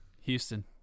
Houston